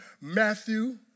Matthew